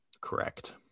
Correct